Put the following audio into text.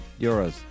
euros